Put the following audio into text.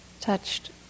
touched